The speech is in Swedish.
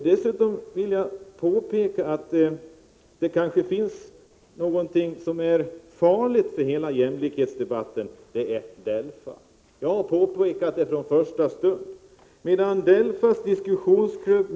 Dessutom vill jag påpeka att det finns någonting som kanske är farligt för hela jämställdhetsdebatten, och det är DELFA. Det har jag påpekat från första stund.